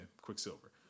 Quicksilver